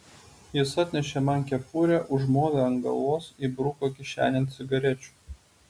jis atnešė man kepurę užmovė ant galvos įbruko kišenėn cigarečių